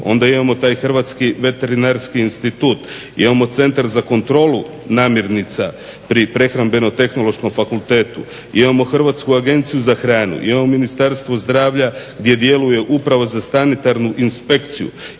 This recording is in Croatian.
onda imamo taj Hrvatski veterinarski institut, imamo Centar za kontrolu namirnica pri Prehrambeno-tehnološkom fakultetu, imamo Hrvatsku agenciju za hranu, imamo Ministarstvo zdravlja gdje djeluje upravo za sanitarnu inspekciju,